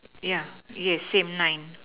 yeah yes same nine